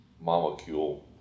molecule